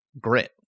grit